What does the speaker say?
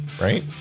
right